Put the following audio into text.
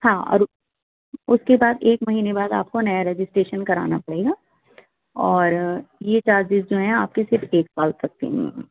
ہاں اور اُس کے بعد ایک مہینے بعد آپ کو نیا رجسٹریشن کرانا پڑے گا اور یہ چارجیز جو ہیں آپ کے صرف ایک سال تک کے لئے ہیں